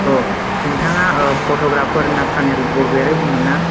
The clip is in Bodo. औ नोंथाङा फट'ग्राफार नाथानेल बरग'यारी बुंदों ना